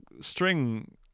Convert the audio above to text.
string